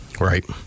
right